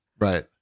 right